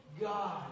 God